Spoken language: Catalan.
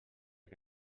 que